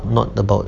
not about